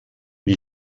die